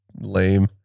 lame